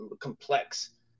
complex